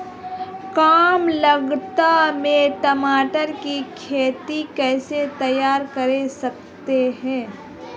कम लागत में टमाटर की खेती कैसे तैयार कर सकते हैं?